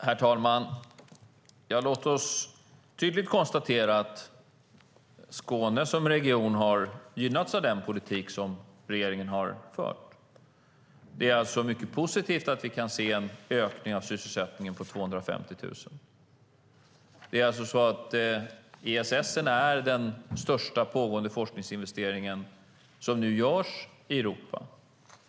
Herr talman! Låt oss tydligt konstatera att Skåne som region har gynnats av den politik som regeringen har fört. Det är mycket positivt att vi kan se en ökning av sysselsättningen med 250 000. ESS är den största pågående forskningsinvesteringen som nu görs i Europa.